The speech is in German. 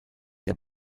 der